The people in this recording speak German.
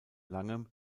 langem